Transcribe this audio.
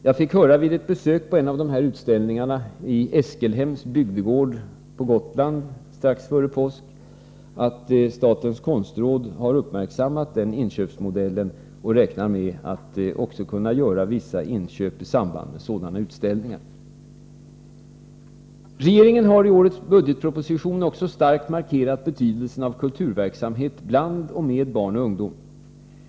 Jag fick höra vid ett besök på en av dessa utställningar, i Eskelhems bygdegård på Gotland strax före påsk, att statens konstråd har uppmärksammat denna inköpsmodell och räknar med att också kunna göra vissa inköp i samband med sådana utställningar. Regeringen har i årets budgetproposition också starkt markerat betydelsen av kulturverksamhet bland och med barn och ungdom.